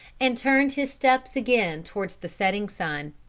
and turned his steps again towards the setting sun.